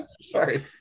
Sorry